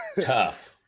tough